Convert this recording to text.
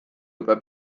juba